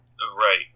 Right